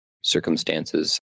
Circumstances